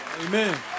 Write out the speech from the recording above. Amen